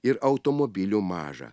ir automobilių maža